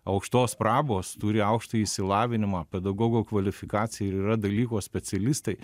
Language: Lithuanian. aukštos prabos turi aukštąjį išsilavinimą pedagogo kvalifikaciją ir yra dalyko specialistai